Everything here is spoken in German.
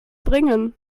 bringen